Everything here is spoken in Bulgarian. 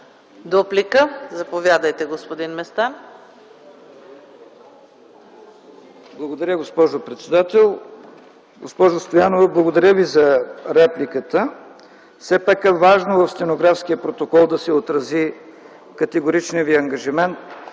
За дуплика има думата господин Местан. ЛЮТВИ МЕСТАН (ДПС): Благодаря, госпожо председател. Госпожо Стоянова, благодаря Ви за репликата. Все пак е важно в стенографския протокол да се отрази категоричният Ви ангажимент,